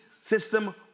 system